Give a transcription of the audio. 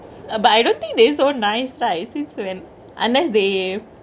but I don't think they so nice right since when unless they